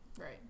Right